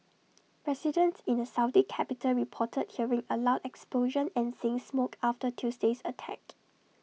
residents in the Saudi capital reported hearing A loud explosion and seeing smoke after Tuesday's attack